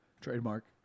Trademark